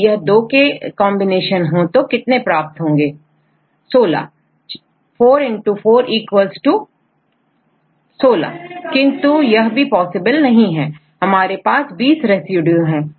यदि यह दो के कॉन्बिनेशन हो तो कितने प्राप्त होंगे Student 16 स्टूडेंट16 4 गुना चार 16 किंतु यह भी पॉसिबल नहीं है क्योंकि हमारे पास 20 रेसिड्यू है